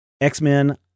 X-Men